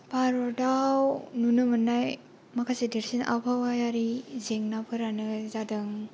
भारताव नुनो मोननाय माखासे देरसिन आबहावायारि जेंनाफोरानो जादों